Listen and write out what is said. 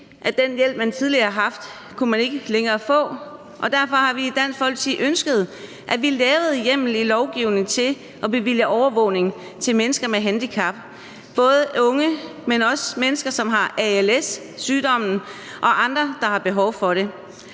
at den hjælp, man tidligere havde haft, kunne man ikke længere få, og derfor har vi i Dansk Folkeparti ønsket, at vi lavede en hjemmel i lovgivningen til at bevilge overvågning til mennesker med handicap, både unge, men også mennesker, som har sygdommen als, og andre, der har behov for det.